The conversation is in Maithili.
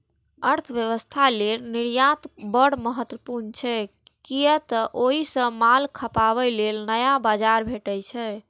अर्थव्यवस्था लेल निर्यात बड़ महत्वपूर्ण छै, कियै तं ओइ सं माल खपाबे लेल नया बाजार भेटै छै